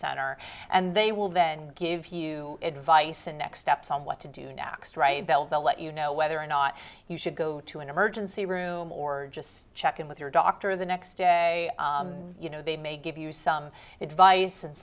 center and they will then give you advice and next steps on what to do next right bellville let you know whether or not you should go to an emergency room or just check in with your doctor the next day you know they may give you some advice and